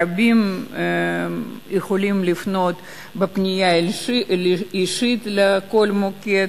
רבים יכולים לפנות בפנייה אישית לכל מוקד